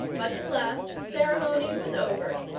but at last ceremony was over,